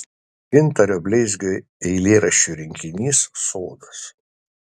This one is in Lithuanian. gintaro bleizgio eilėraščių rinkinys sodas